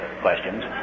questions